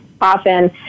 often